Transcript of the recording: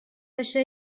بشه